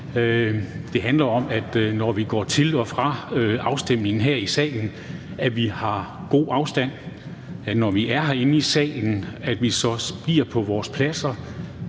Det handler om, at vi, når vi går til og fra afstemning her i salen, har god afstand, og at vi, når vi er herinde i salen, så også bliver på vores pladser